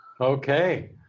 Okay